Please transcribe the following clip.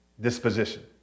Disposition